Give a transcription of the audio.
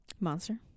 monster